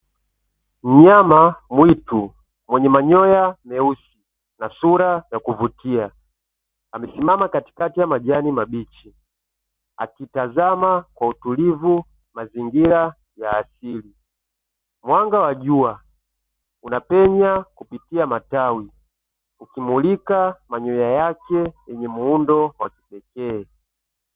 Mnyama mwitu mwenye manyoya meusi na sura ya kuvutia, amesimama katikati ya majani mabichi, akitazama kwa utulivu mazingira ya asili. Mwanga wa jua unapenya kupitia matawi ukimulika manyoya yake yenye muundo wa kipekee.